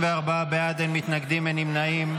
34 בעד, אין מתנגדים, אין נמנעים.